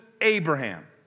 Abraham